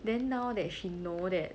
then now that she know that